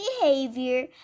behavior